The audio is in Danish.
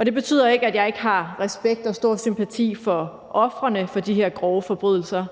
Det betyder ikke, at jeg ikke har respekt og stor sympati for ofrene for de her grove forbrydelser,